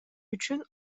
үчүн